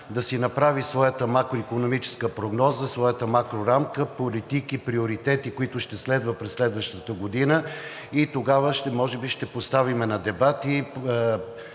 да си направи своята макроикономическа прогноза, своята макрорамка, политика, приоритети, които ще следва през следващата година, и тогава може би ще поставим на дебат